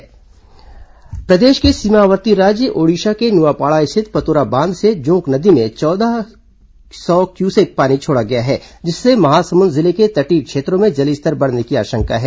पतोरा dam पानी प्रदेश के सीमावर्ती राज्य ओडिशा के नुआपाड़ा रिथत पतोरा बांध से जोंक नदी में चौदह सौ क्यूसेक पानी छोड़ा गया है जिससे महासमुंद जिले के तटीय क्षेत्रों में जलस्तर बढ़ने की आशंका है